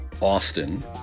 Austin